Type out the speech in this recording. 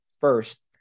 first